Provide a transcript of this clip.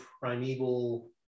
primeval